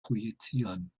projizieren